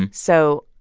and so.